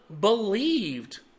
believed